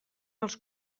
els